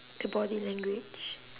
the body language